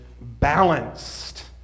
balanced